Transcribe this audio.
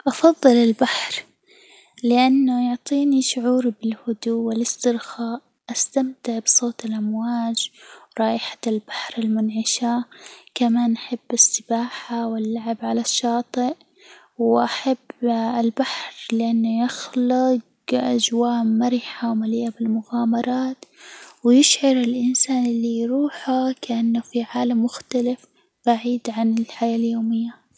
أفظل البحر لأنه يعطيني شعورًا بالهدوء والاسترخاء، أستمتع بصوت الأمواج ورائحة البحر المنعشة، كمان أحب السباحة واللعب على الشاطئ، وأحب البحر لإنه يخلج أجواء مرحة، ومليئة بالمغامرات، ويشعر الإنسان اللي يروحه كإنه في عالم مختلف بعيد عن الحياة اليومية.